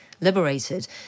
liberated